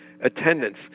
attendance